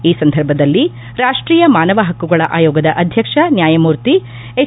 ಈ ಸಂದರ್ಭದಲ್ಲಿ ರಾಷ್ಟೀಯ ಮಾನವ ಹಕ್ಕುಗಳ ಆಯೋಗದ ಅಧ್ಯಕ್ಷ ನ್ಯಾಯಮೂರ್ತಿ ಎಚ್